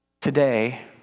today